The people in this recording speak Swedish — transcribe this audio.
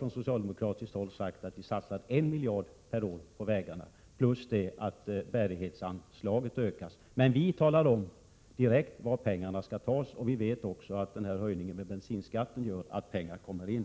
Från socialdemokratiskt håll satsar vi 1 miljard per år på vägarna plus att bärighetsanslaget ökas, men vi talar om direkt var pengarna skall tas, och vi vet också att höjningen av bensinskatten gör att pengarna kommer in.